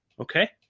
okay